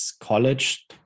college